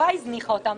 החברה הזניחה אותן,